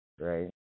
right